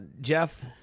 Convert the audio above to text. Jeff